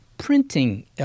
printing